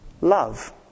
love